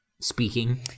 speaking